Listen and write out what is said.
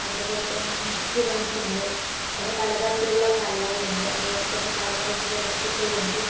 അതേപോലെതന്നെ ഇൻസ്ട്രുമെൻസ് ഉണ്ട് അങ്ങനെ പലതരത്തിലുള്ള കലകൾ ഉണ്ട് അതുപോലെതന്നെ കരകൗശല വസ്തുക്കൾ ഉണ്ട്